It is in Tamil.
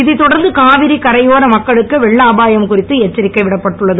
இதைத் தொடர்ந்து காவிரி கரையோர மக்களுக்கு வெள்ள அபாயம் குறித்து எச்சரிக்கை விடப்பட்டுள்ளது